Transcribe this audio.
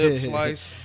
slice